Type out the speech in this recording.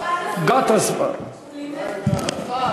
בשפת הסימנים.